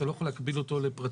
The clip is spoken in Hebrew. אתה לא יכול להקביל אותו לפרטי,